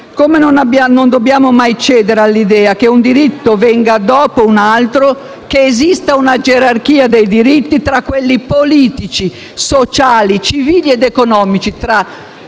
non dobbiamo mai cedere all'idea che un diritto venga dopo un altro, che esista una gerarchia dei diritti tra quelli politici, sociali, civili ed economici,